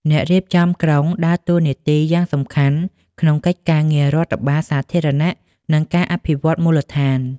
អ្នករៀបចំក្រុងដើរតួនាទីយ៉ាងសំខាន់ក្នុងកិច្ចការងាររដ្ឋបាលសាធារណៈ និងការអភិវឌ្ឍមូលដ្ឋាន។